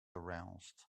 aroused